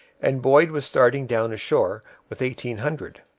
and boyd was starting down ashore with eighteen hundred.